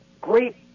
great